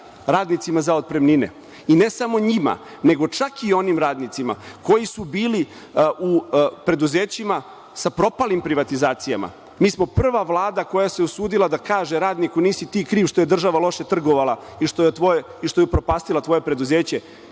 radnicima za otpremnine. Ne samo njima nego čak i onim radnicima koji su bili u preduzećima sa propalim privatizacijama. Mi smo prva Vlada koja se usudila da kaže radniku nisi ti kriv što je država loše trgovala i što je upropastila tvoje preduzeće,